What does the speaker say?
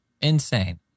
insane